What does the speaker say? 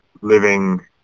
living